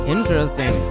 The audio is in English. Interesting